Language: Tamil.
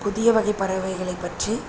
புதிய வகை பறவைகளை பற்றி